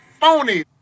phony